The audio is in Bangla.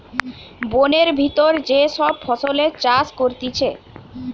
বোনের ভিতর যে সব ফসলের চাষ করতিছে